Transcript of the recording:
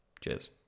cheers